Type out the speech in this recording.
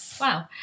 Wow